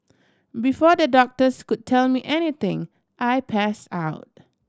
before the doctors could tell me anything I pass out